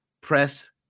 press